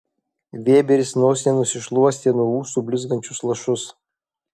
vėberis nosine nusišluostė nuo ūsų blizgančius lašus